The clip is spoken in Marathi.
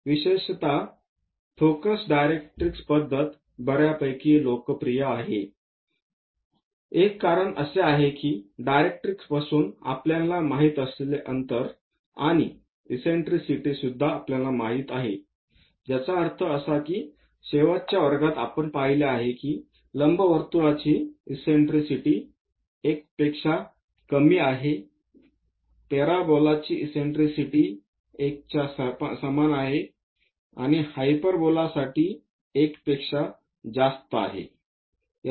आणि विशेषत फोकस डायरेक्ट्रिक्स पद्धत बर्यापैकी लोकप्रिय आहे एक कारण असे आहे कि डायरेक्ट्रिक्सपासून आपल्याला माहित असलेले अंतर आणि इससेन्ट्रिसिटी माहित आहे याचा अर्थ असा की शेवटच्या वर्गात आपण पाहिले आहे की लंबवर्तुळाची इससेन्ट्रिसिटी 1 पेक्षा कमी आहे पॅराबोलाची इससेन्ट्रिसिटी 1 च्या समान आहे आणि हायपरबोलासाठी इससेन्ट्रिसिटी 1 पेक्षा जास्त आहे